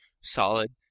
solid